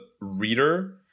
reader